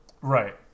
Right